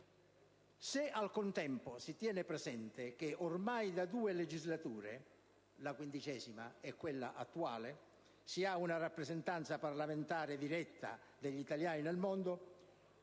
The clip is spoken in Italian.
Se al contempo si tiene presente che ormai da due legislature - la XV e quella attuale - si ha una rappresentanza parlamentare diretta degli italiani nel mondo,